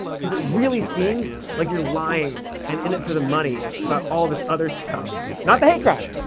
because it really seems like you're lying and in it for the money about all this other stuff. not the hate crime.